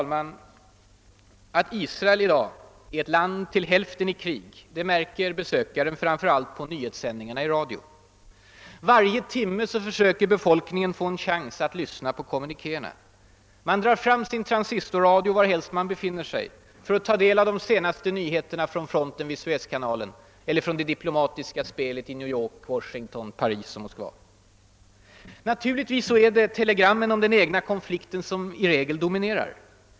Att Israel i dag är ett land till hälften i krig märker besökaren framför allt på nyhetssändningarna i radio. Varje timme försöker befolkningen få chans att lyssna på kommunikéerna. Man drar fram sin transistorradio varhelst man befinner sig för att ta del av de senaste nyheterna från fronten vid Suezkanalen eller från det diplomatiska spelet i New York, Paris, Washington eller Moskva. Naturligtvis är det i regel telegrammen om den egna konflikten som dominerar.